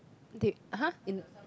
!huh!